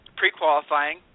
pre-qualifying